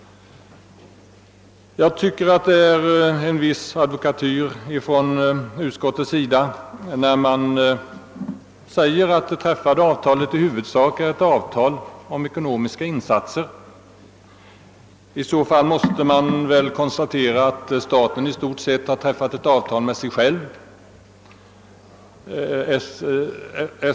Jag tycker att utskottet bedriver en viss advokatyr när det skriver, att det träffade avtalet i huvudsak är ett avtal om ekonomiska insatser. I så fall måste man väl konstatera, att staten träffat ett avtal i stort sett med sig själv.